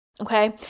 Okay